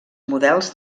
models